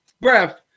breath